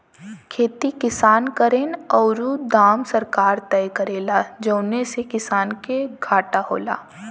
खेती किसान करेन औरु दाम सरकार तय करेला जौने से किसान के घाटा होला